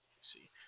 see